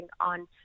on